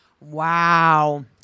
Wow